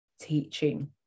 teaching